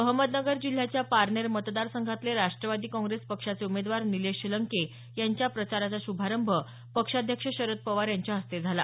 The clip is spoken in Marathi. अहमदनगर जिल्ह्याच्या पारनेर मतदार संघातले राष्ट्रवादी काँग्रेस पक्षाचे उमेदवार निलेश लंके यांच्या प्रचाराचा शुभारंभ पक्षाध्यक्ष शरद पवार यांच्या हस्ते झाला